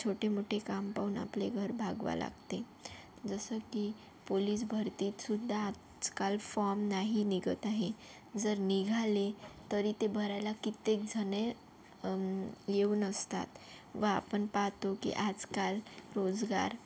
छोटेमोठे काम पाहून आपले घर भागवावे लागते जसं की पुलिस भरतीतसुद्धा आजकाल फॉम नाही निघत आहे जर निघाले तरी ते भरायला कित्येक जण येऊन असतात व आपण पाहतो की आजकाल रोजगार